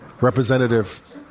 representative